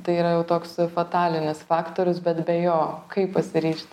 tai yra jau toks fatalinis faktorius bet be jo kaip pasiryžti